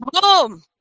Boom